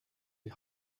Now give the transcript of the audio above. die